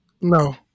no